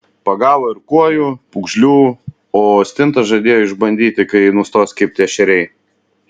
pagavo ir kuojų pūgžlių o stintas žadėjo išbandyti kai nustos kibti ešeriai